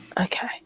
Okay